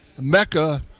mecca